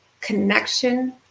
connection